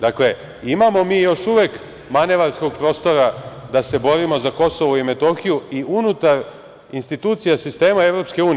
Dakle, imamo mi još uvek manevarskog prostora da se borimo za Kosovo i Metohiju i unutar institucija sistema EU.